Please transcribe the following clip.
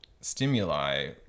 stimuli